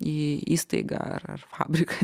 į įstaigą ar fabriką